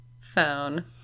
Phone